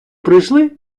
прийшли